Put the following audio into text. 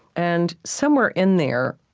and somewhere in there,